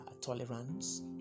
tolerance